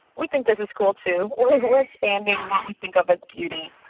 we think this is cool, too. we're expanding what we think of is beauty.